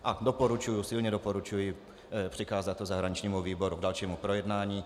A doporučuji, silně doporučuji, přikázat to zahraničnímu výboru k dalšímu projednání.